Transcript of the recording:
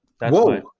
Whoa